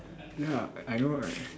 ya I know right